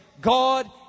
God